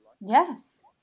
yes